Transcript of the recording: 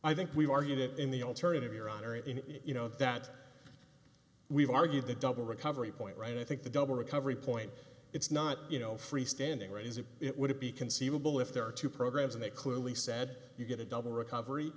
i think we've argued that in the alternative your honor in you know that we've argued the double recovery point right i think the double recovery point it's not you know free standing where is it it would be conceivable if there are two programs and they clearly said you get a double recovery